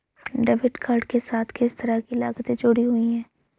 Debit card के साथ किस तरह की लागतें जुड़ी हुई हैं?